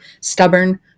stubborn